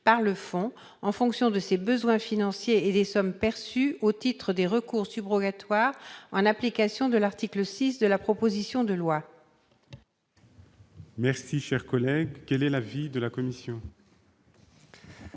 par le fonds en fonction de ses besoins financiers et des sommes perçues au titre des recours subrogatoires en application de l'article 6 de cette proposition de loi. Quel est l'avis de la commission ?